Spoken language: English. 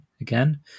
again